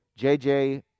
JJ